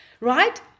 Right